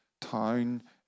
town